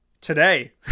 today